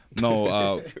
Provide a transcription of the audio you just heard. No